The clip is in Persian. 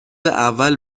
اول